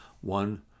one